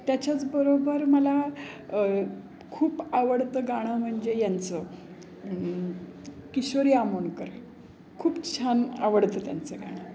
त्याच्याच बरोबर मला खूप आवडतं गाणं म्हणजे यांचं किशोरी आमोणकर खूप छान आवडतं त्यांचं गाणं